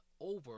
over